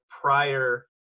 prior